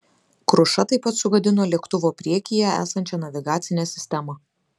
kruša taip pat sugadino lėktuvo priekyje esančią navigacinę sistemą